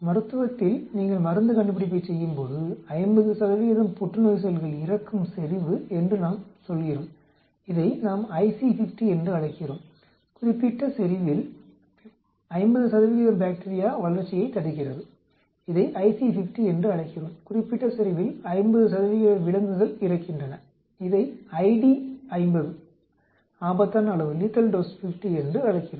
மருத்துவத்தில் நீங்கள் மருந்து கண்டுபிடிப்பைச் செய்யும்போது 50 புற்றுநோய் செல்கள் இறக்கும் செறிவு என்று நாம் சொல்கிறோம் இதை நாம் IC 50 என்று அழைக்கிறோம் குறிப்பிட்ட செறிவில் 50 பாக்டீரியா வளர்ச்சியைத் தடுக்கிறது இதை IC 50 என்று அழைக்கிறோம் குறிப்பிட்ட செறிவில் 50 விலங்குகள் இறக்கின்றன இதை ID 50 ஆபத்தான அளவு 50 என்று அழைக்கிறோம்